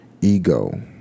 Ego